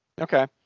Okay